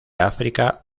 áfrica